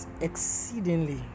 exceedingly